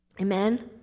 amen